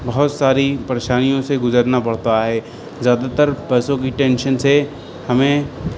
بہت ساری پریشانیوں سے گزرنا پڑتا ہے زیادہ تر پیسوں کی ٹینشن سے ہمیں